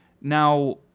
now